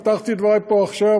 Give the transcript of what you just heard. פתחתי את דברי פה עכשיו,